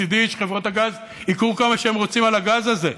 מצידי שחברות הגז ייקחו כמה שהן רוצות על הגז הזה,